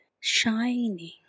shining